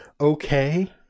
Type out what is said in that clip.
okay